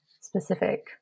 specific